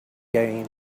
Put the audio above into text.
gain